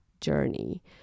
journey